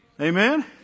Amen